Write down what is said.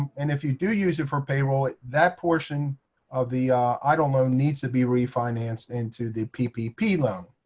and if you do use it for payroll, that portion of the eidl loan needs to be refinanced into the ppp loan.